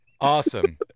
Awesome